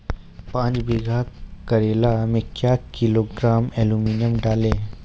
पाँच बीघा करेला मे क्या किलोग्राम एलमुनियम डालें?